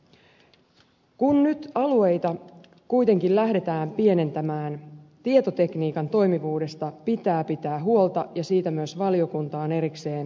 kun nyt alueita kuitenkin lähdetään pienentämään tietotekniikan toimivuudesta pitää pitää huolta ja siitä myös valiokunta on erikseen maininnut